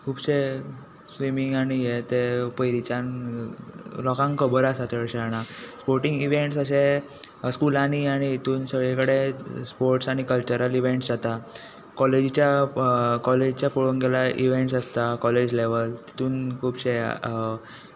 खुबशे स्विमींग आनी हे ते पयलींच्यान लोकांक खबर आसा चडश्या जाणांक स्पोर्टिंग इव्हेंट्स अशे स्कुलांनी आनी हेतून सगळे कडेन स्पोर्ट्स आनी कल्चरल इव्हेंट्स जाता कॉलेजिच्या कॉलेजिच्या पळोवंक गेल्यार इव्हेंट्स आसता कॉलेज लेवल तितूंत खूबशे